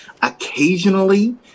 Occasionally